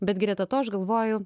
bet greta to aš galvoju